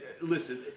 Listen